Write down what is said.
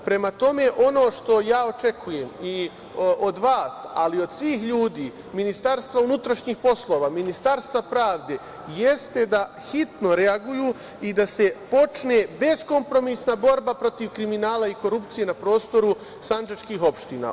Pre tome, ono što ja očekujem i od vas, ali i od svih ljudi, Ministarstva unutrašnjih poslova, Ministarstva pravde jeste da hitno reaguju i da se počne beskompromisna borba protiv kriminala i korupcije na prostoru sandžačkih opština.